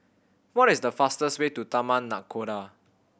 what is the fastest way to Taman Nakhoda